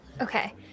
Okay